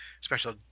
special